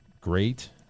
great